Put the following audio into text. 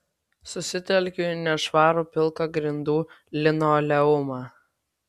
susitelkiu į nešvarų pilką grindų linoleumą